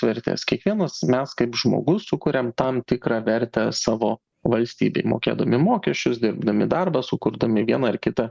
vertės kiekvienas mes kaip žmogus sukuriam tam tikrą vertę savo valstybei mokėdami mokesčius dirbdami darbą sukurdami vieną ar kitą